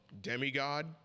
demigod